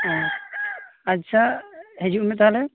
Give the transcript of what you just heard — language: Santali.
ᱚᱻ ᱟᱪᱪᱷᱟ ᱦᱤᱡᱩᱜᱢᱮ ᱛᱟᱦᱚᱞᱮ